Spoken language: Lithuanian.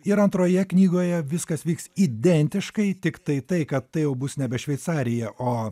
ir antroje knygoje viskas vyks identiškai tiktai tai kad tai jau bus nebe šveicarija o